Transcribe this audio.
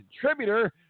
contributor